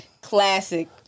Classic